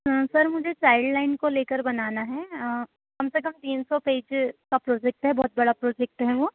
हाँ सर मुझे child line को लेकर बनाना है और कम से कम तीन सौ पेज का प्रोजेक्ट है बहुत बड़ा प्रोजेक्ट है वो